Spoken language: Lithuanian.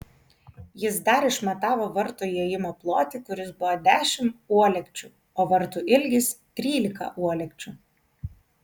jis dar išmatavo vartų įėjimo plotį kuris buvo dešimt uolekčių o vartų ilgis trylika uolekčių